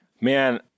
man